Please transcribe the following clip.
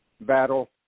battle